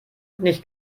nicht